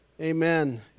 Amen